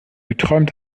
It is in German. geträumt